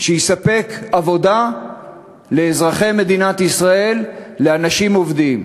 שיספק עבודה לאזרחי מדינת ישראל, לאנשים עובדים.